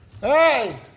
Hey